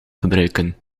gebruiken